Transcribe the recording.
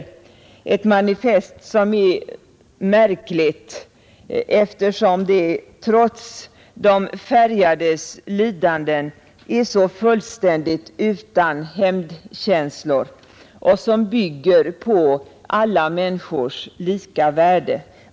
Det är ett märkligt manifest, eftersom det trots de färgades lidanden är så fullständigt utan hämndkänslor och bygger på alla människors lika värde.